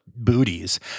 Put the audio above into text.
booties